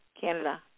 Canada